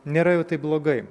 nėra jau taip blogai